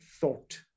thought